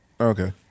Okay